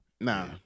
Nah